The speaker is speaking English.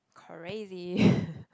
crazy